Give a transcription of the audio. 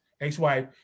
ex-wife